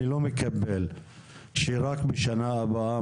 אני לא מקבל שרק משנה הבאה